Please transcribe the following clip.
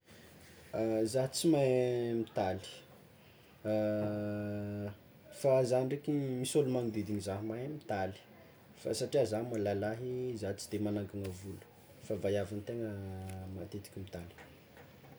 Zah tsy mahay mitaly, fa zah ndraiky misy olo magnodidigny zah mahay mitaly, fa satria zah ma lalahy za tsy de magnankina volo fa vaiavy igny tegna matetiky mitaly.